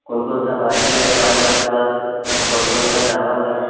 कौन कौनसी भेराइटी का चावल है आपके पास कौन कौनसा चावल है